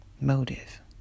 motive